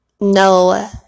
no